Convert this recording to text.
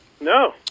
No